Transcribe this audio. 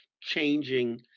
changing